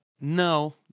no